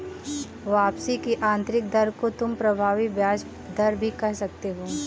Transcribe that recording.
वापसी की आंतरिक दर को तुम प्रभावी ब्याज दर भी कह सकते हो